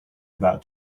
about